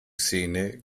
szene